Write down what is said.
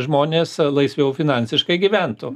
žmonės laisviau finansiškai gyventų